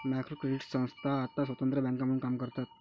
micro credit संस्था आता स्वतंत्र बँका म्हणून काम करतात